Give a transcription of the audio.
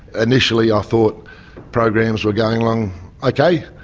initially i thought programs were going along ok.